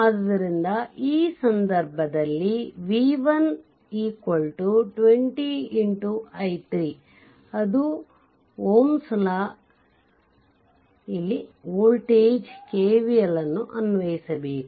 ಆದ್ದರಿಂದ ಆ ಸಂದರ್ಭದಲ್ಲಿ v1 20 x i3 ಅದು ಒಂಸ್ ಲಾ ಇಲ್ಲಿ ವೋಲ್ಟೇಜ್ KVL ಅನ್ನು ಅನ್ವಯಿಬೇಕು